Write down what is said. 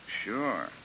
Sure